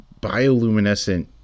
bioluminescent